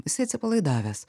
jisai atsipalaidavęs